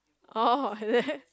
orh is it